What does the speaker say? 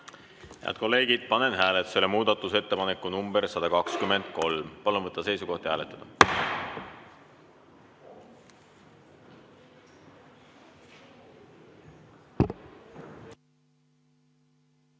Head kolleegid, panen hääletusele muudatusettepaneku nr 120. Palun võtta seisukoht ja hääletada!